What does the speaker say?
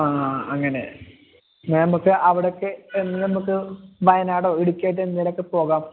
ആ അങ്ങനെ എന്നാൽ നമുക്ക് അവിടെ ഒക്കെ ചെന്ന് നമുക്ക് വയനാടൊ ഇടുക്കിയായിട്ട് അങ്ങോട്ടേക്ക് പോകാം